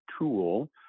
tool